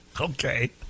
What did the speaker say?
Okay